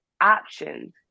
options